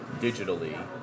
digitally